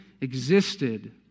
existed